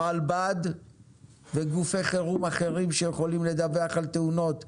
רלב"ד וגופי חירום אחרים שיכולים לדווח על תאונות,